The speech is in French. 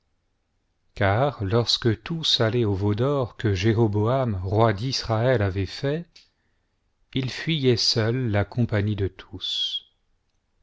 car lorsque tous allaient aux veaux d'or que jéroboam roi d'israël avait faits il fuyait seul la compagnie do tous